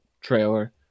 trailer